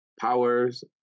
powers